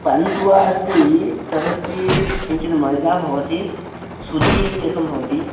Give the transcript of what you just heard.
पान्त्वा वा अस्ति तदस्ति किञ्चित् मैदा भवति सुजी एकं भवति